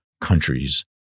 countries